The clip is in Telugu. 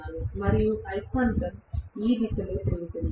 మరియు అయస్కాంతం ఈ దిశలో తిరుగుతుంది